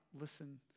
listen